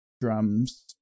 drums